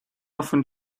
often